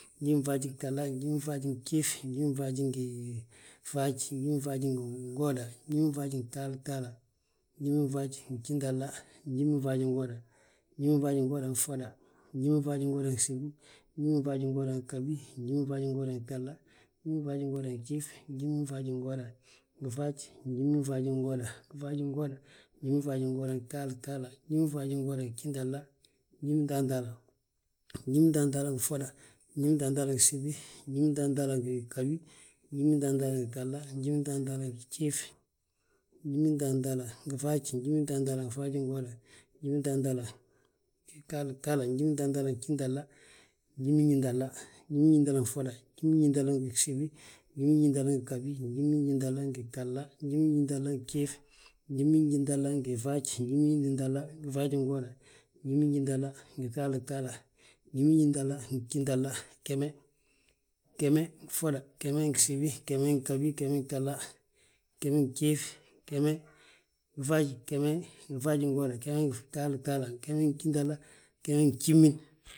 Njimin faaj ngi gtahala, njimin faaj ngi gjiif, njimin faaj ngi faaj, njimin faaj ngi ngooda, njimin faaj ngi gtahtaala, njimin faaj ngi gjintahla, njimin faajingooda, njimin faajingooda ngi ffoda, njimin faajingooda ngi gsibi, njimin faajingooda ngi ghabi, njimin faajingooda ngi gtahla, njimin faajingooda ngi gjiif, njimin faajingooda ngi faaj, njimin faajingooda ngi faajingooda, njimin faajingooda ngi gtahtaala, njimin faajingooda ngi gjintahla, njimintahtaala, njimintahtaala ngi ffoda, njimintahtaala ngi gsibi, njimintahtaala ngi ghabi, njimintahtaala ngi gtahla, njimintahtaala ngi gjiif, njimintahtaala ngi faaj, njimintahtaala ngi faajingooda, njimintahtaala ngi gtahtaala, njimintahtaala ngi gjintahla, njiminjintahla, njiminjintahla ngi ffoda, njiminjintahla ngi gsibi. njiminjintahla ngi ghabi. njiminjintahla ngi fjiif, njiminjintahla ngi faaj, njiminjintahla ngi faajingooda, njiminjintahla ngi gtahtaala, njiminjintahla ngi gjintahla, geme, geme ngi ffoda, geme ngi gsibi. geme ngi ghabi, geme ngi fjiif, geme ngi faaj, geme ngi faajingooda, geme ngi gtahtaala, geme ngi gjintahla geme ngi gjimin.